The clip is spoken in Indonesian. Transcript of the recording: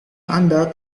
anda